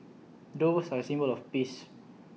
doves are A symbol of peace